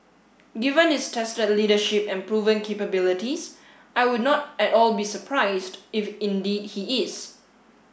given his tested leadership and proven capabilities I would not at all be surprised if indeed he is